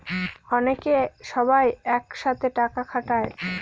অনেকে সবাই এক সাথে টাকা খাটায়